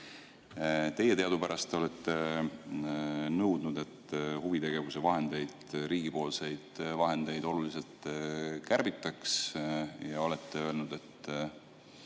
Teie teadupärast olete nõudnud, et huvitegevuse riigipoolseid vahendeid oluliselt kärbitaks. Olete öelnud, et